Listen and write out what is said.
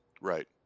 right